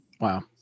Wow